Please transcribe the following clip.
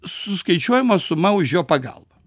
suskaičiuojama suma už jo pagalbą